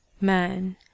Man